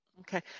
Okay